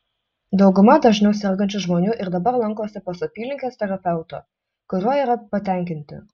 dauguma dažniau sergančių žmonių ir dabar lankosi pas apylinkės terapeutą kuriuo yra patenkinti